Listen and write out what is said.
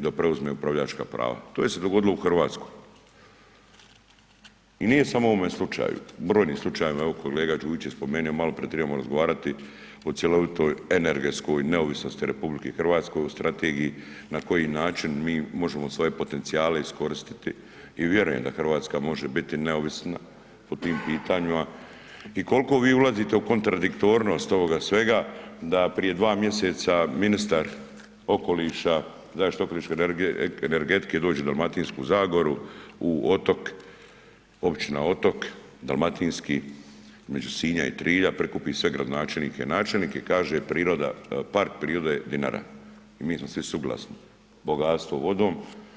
da preuzme upravljačka prava, to se dogodilo u Hrvatskoj i nije samo u ovome slučaju, brojni slučajevima, evo kolega Đujić je spomenuo maloprije, trebamo razgovarati o cjelovitoj energetskoj neovisnosti RH, o strategiji na koji način mi možemo svoje potencijale iskoristiti i vjerujem da Hrvatska može biti neovisna po tim pitanjima i koliko vi ulazite u kontradiktornost ovoga svega da prije 2 mj. ministar okoliša, zaštite okoliša i energetike dođe u Dalmatinsku zagoru, u Otok, općina Otok, dalmatinski između Sinja i Trilja, prikupi sve gradonačelnike i načelnike i kaže Park prirode Dinara i mi smo svi suglasni, bogatstvo vodom.